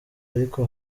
ariko